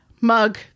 mug